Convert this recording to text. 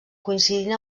coincidint